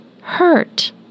hurt